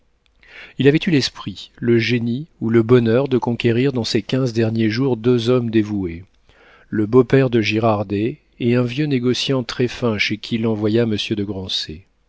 il avait eu l'esprit le génie ou le bonheur de conquérir dans ces quinze derniers jours deux hommes dévoués le beau-père de girardet et un vieux négociant très-fin chez qui l'envoya monsieur de